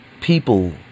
people